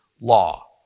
law